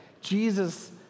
Jesus